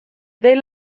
they